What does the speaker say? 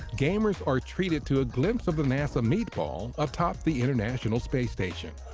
gamers are treated to a glimpse of the nasa meatball atop the international space station!